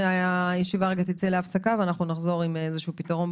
נחזור אחרי ההפסקה עם איזשהו פתרון.